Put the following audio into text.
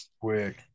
quick